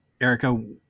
Erica